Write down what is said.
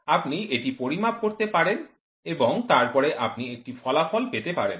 আপনি এটি পরিমাপ করতে পারেন এবং তারপরে আপনি একটি ফলাফল পেতে পারেন